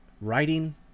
writing